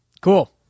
Cool